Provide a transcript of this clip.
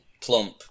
plump